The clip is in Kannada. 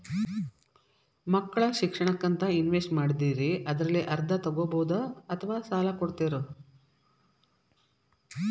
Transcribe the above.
ಮಕ್ಕಳ ಶಿಕ್ಷಣಕ್ಕಂತ ಇನ್ವೆಸ್ಟ್ ಮಾಡಿದ್ದಿರಿ ಅದರಲ್ಲಿ ಅರ್ಧ ತೊಗೋಬಹುದೊ ಅಥವಾ ಸಾಲ ಕೊಡ್ತೇರೊ?